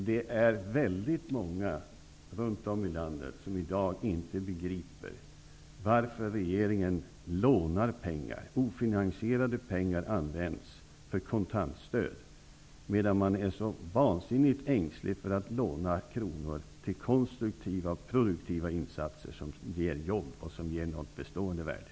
Fru talman! Väldigt många runt om i landet begriper inte varför regeringen lånar pengar. Ofinansierade pengar används för kontantstöd, men man är vansinnigt ängslig för att låna kronor till konstruktiva och produktiva insatser som ger jobb och som ger ett bestående värde.